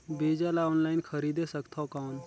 बीजा ला ऑनलाइन खरीदे सकथव कौन?